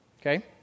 okay